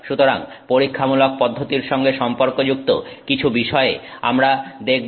সুতরাং পরীক্ষামূলক পদ্ধতির সঙ্গে সম্পর্কযুক্ত কিছু বিষয়ে আমরা দেখব